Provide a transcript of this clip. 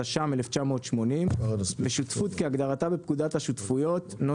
התש"ם-1980, ושותפות כהגדרתה בפקודת השותפויות ,